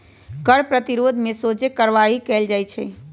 कर प्रतिरोध में सोझे कार्यवाही कएल जाइ छइ